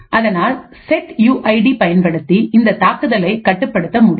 அதனால் set U ID பயன்படுத்தி இந்த தாக்குதலை கட்டுப்படுத்த முடியும்